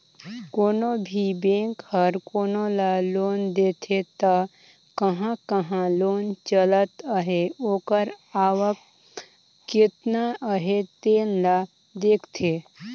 कोनो भी बेंक हर कोनो ल लोन देथे त कहां कहां लोन चलत अहे ओकर आवक केतना अहे तेन ल देखथे